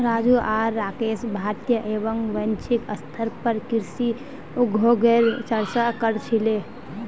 राजू आर राकेश भारतीय एवं वैश्विक स्तरेर पर कृषि उद्योगगेर चर्चा क र छीले